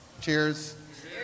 Cheers